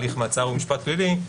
הליך מעצר ומשפט פלילי",